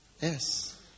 Yes